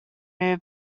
new